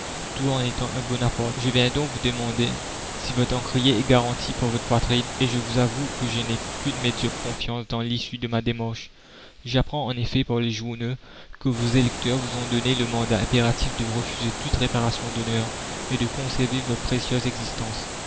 tout en étant un bonaparte je viens donc vous demander si votre encrier est garanti par votre poitrine et je vous avoue que je n'ai qu'une médiocre confiance dans l'issue de ma démarche j'apprends en effet par les journaux que vos électeurs vous ont donné le mandat impératif de refuser toute réparation d'honneur et de conserver votre précieuse existence